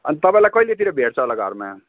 अन्त तपाईँलाई कहिलेतिर भेट्छ होला घरमा